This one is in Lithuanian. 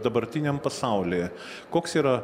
dabartiniam pasaulyje koks yra